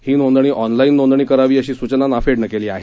ही नोंदणी ऑनलाईन नोंदणी करावी अशी सूचना नाफेडनं केली आहे